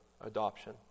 adoption